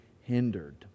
hindered